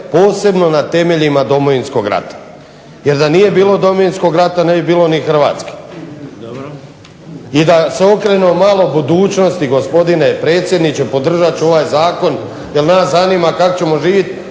posebno na temeljima Domovinskog rata. Jer da nije bilo Domovinskog rata ne bi bilo ni Hrvatske. I da se okrenemo malo budućnosti gospodine predsjedniče, podržat ću ovaj zakon jer nas zanima kako ćemo živjeti